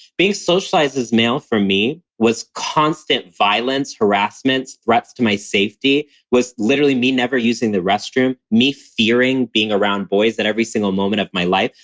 being socialized as male for me was constant violence, harassment, threats to my safety was literally me never using the restroom, me fearing being around boys that every single moment of my life,